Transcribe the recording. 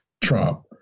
Trump